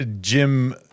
Jim